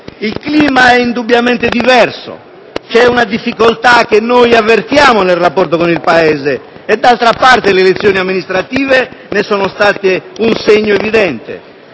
il clima è indubbiamente diverso; c'è una difficoltà che noi avvertiamo nel rapporto con il Paese e d'altra parte le elezioni amministrative ne sono state un segno evidente.